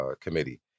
Committee